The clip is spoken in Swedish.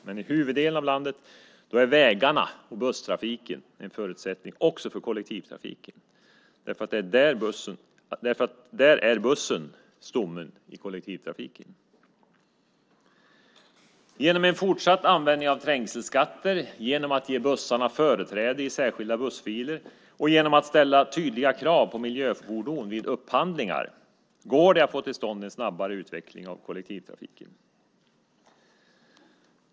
Men i huvuddelen av vårt land är vägarna och busstrafiken en förutsättning också för kollektivtrafiken, därför att där är det bussen som är stommen i kollektivtrafiken. Genom en fortsatt användning av trängselskatter, genom att ge bussarna företräde i särskilda bussfiler och genom att ställa tydliga krav på miljöfordon vid upphandlingar går det att få till stånd en snabbare utveckling av kollektivtrafiken.